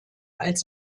als